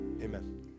Amen